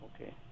Okay